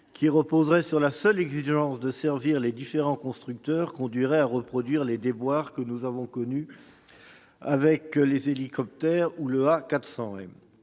qui reposerait sur la seule exigence de servir les différents constructeurs conduirait à reproduire les déboires que nous avons connus avec certains hélicoptères ou l'A400M.